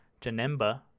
janemba